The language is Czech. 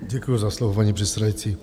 Děkuju za slovo, paní předsedající.